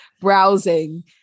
browsing